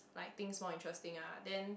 like things more interesting ah then